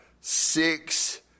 six